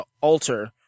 alter